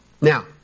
Now